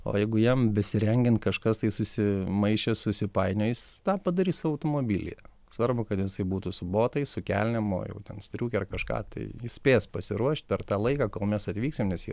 o jeigu jam besirengiant kažkas tai susimaišė susipainiojo jis tą padarys automobilyje svarbu kad jisai būtų su botais su kelnėm o jau ten striukę ar kažką tai jis spės pasiruošt per tą laiką kol mes atvyksim nes ir